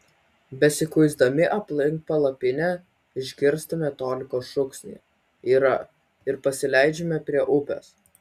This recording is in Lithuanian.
besikuisdami aplink palapinę išgirstame toliko šūksnį yra ir pasileidžiame prie upės